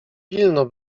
pilno